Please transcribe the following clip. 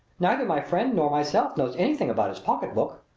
neither my friend nor myself knows anything about his pocketbook.